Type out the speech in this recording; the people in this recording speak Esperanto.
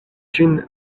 ĝin